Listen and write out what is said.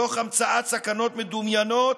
תוך המצאת סכנות מדומיינות,